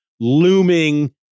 looming